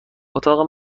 اتاق